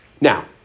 Now